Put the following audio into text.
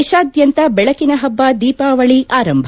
ದೇಶಾದ್ಯಂತ ಬೆಳಕಿನ ಹಬ್ಬ ದೀಪಾವಳಿ ಆರಂಭ